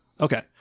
Okay